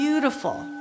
Beautiful